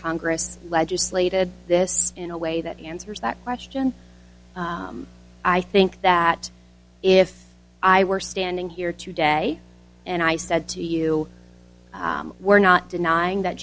congress legislated this in a way that answers that question i think that if i were standing here today and i said to you we're not denying that